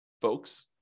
folks